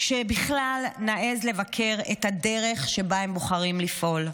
שבכלל נעז לבקר את הדרך שבה הם בוחרים לפעול?